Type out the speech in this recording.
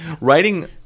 writing